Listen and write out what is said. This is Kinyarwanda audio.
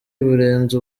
burenze